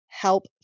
help